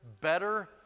better